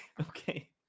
Okay